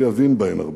לא יבין בהן הרבה,